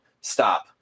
stop